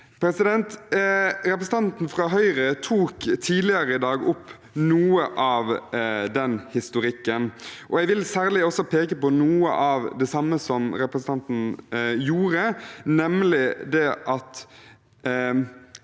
Representanten fra Høyre tok tidligere i dag opp noe av historikken, og jeg vil særlig peke på noe av det samme som representanten gjorde, nemlig at